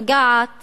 הנוגעת